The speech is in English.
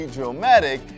Dramatic